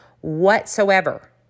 whatsoever